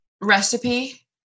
recipe